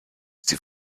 sie